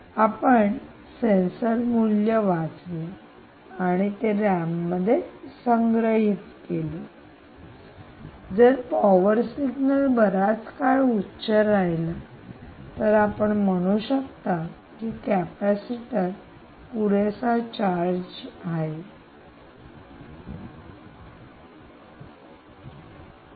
आपण सेन्सर मूल्य वाचले आणि ते रॅममध्ये संग्रहित केले असते जर पॉवर सिग्नल बराच काळ उच्च राहीला तर आपण म्हणू शकतो की कॅपेसिटर पुरेसा चार्ज झालेला आहे